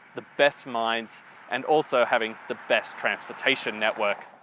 the best minds and also having the best transportation network.